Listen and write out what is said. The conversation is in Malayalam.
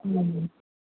ഉം